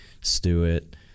stewart